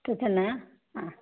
तत् न